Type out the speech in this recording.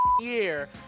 year